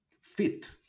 fit